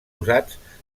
usats